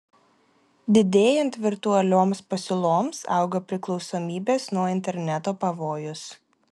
didėjant virtualioms pasiūloms auga priklausomybės nuo interneto pavojus